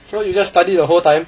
so you just study the whole time